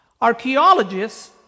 Archaeologists